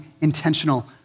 intentional